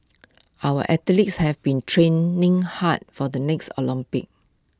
our athletes have been training hard for the next Olympics